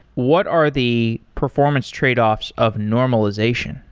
what are the performance tradeoffs of normalization?